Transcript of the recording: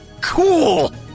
cool